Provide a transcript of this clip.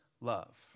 love